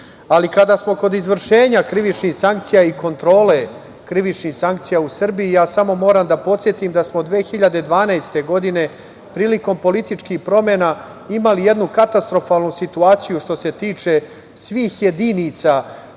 kada smo kod izvršenja krivičnih sankcija i kontrole krivičnih sankcija u Srbiji, ja samo moram da podsetim da smo od 2012. godine, prilikom političkih promena, imali jednu katastrofalnu situaciju što se tiče svih jedinica,